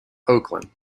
oakland